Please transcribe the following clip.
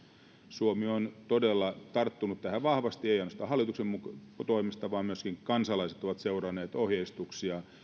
suomi on todella tarttunut tähän vahvasti ei ainoastaan hallituksen toimesta vaan myöskin kansalaiset ovat seuranneet ohjeistuksia